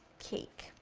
cake.